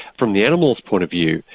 from the animal's point of view,